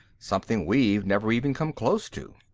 something we've never even come close to.